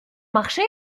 marché